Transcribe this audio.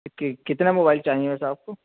کہ کتنے موبائل چاہیے صاحب ویسے آپ کو